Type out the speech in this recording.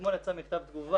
אתמול יצא מכתב תגובה.